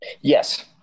Yes